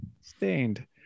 stained